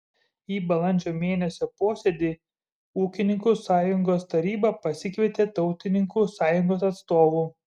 į balandžio mėnesio posėdį ūkininkų sąjungos taryba pasikvietė tautininkų sąjungos atstovų